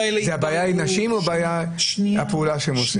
הבעיה היא נשים או הבעיה היא הפעולה שהן עושות?